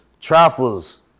trappers